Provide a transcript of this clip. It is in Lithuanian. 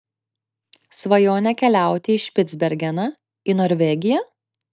svajonė keliauti į špicbergeną į norvegiją